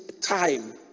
time